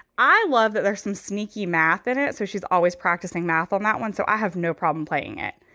i love that there's some sneaky math in it. so she's always practicing math on that one, so i have no problem playing it.